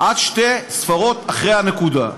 עד שתי ספרות אחרי הנקודה.